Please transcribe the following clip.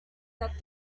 that